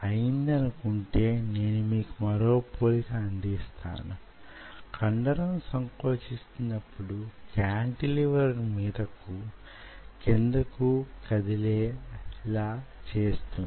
అయిందనుకుంటే నేను మీకు మరో పోలికను అందిస్తాను కండరం సంకోచిస్తునప్పుడు కాంటిలివర్ ను మీదకు క్రిందకు కదిలేలా చేస్తుంది